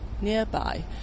nearby